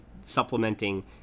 supplementing